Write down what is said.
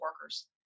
workers